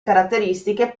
caratteristiche